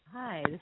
Hi